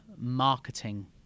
marketing